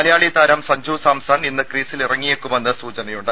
മലയാളി താരം സഞ്ജു സാംസൺ ഇന്ന് ക്രീസിൽ ഇറങ്ങിയേക്കുമെന്ന് സൂചനയുണ്ട്